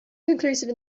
conclusive